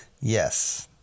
Yes